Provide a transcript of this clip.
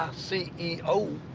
ah c e o.